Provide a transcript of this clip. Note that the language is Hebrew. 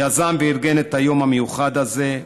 שיזם וארגן את היום המיוחד הזה,